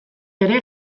ere